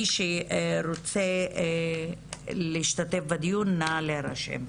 מי שרוצה להשתתף בדיון, נא להירשם.